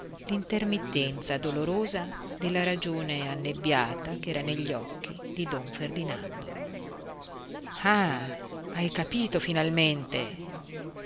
l'intermittenza dolorosa della ragione annebbiata ch'era negli occhi di don ferdinando ah hai capito finalmente